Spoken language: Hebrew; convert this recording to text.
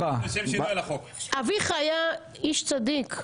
אביך היה איש צדיק.